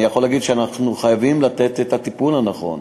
אני יכול להגיד שאנחנו חייבים לתת את הטיפול הנכון.